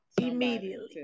immediately